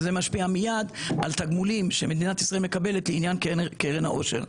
וזה משפיע מיד על תגמולים שמדינת ישראל מקבלת לעניין קרן האושר.